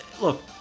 Look